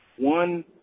one